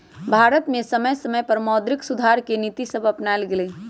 भारत में समय समय पर मौद्रिक सुधार के नीतिसभ अपानाएल गेलइ